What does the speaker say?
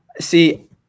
See